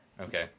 Okay